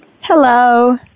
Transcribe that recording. Hello